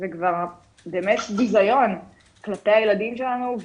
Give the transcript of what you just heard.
זה כבר באמת ביזיון כלפי הילדים שלנו,